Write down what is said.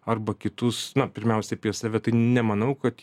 arba kitus na pirmiausia apie save tai nemanau kad